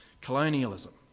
colonialism